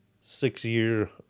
six-year